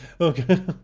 okay